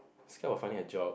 it is just a funny joke